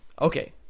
Okay